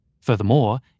Furthermore